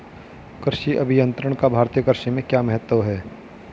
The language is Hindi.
कृषि अभियंत्रण का भारतीय कृषि में क्या महत्व है?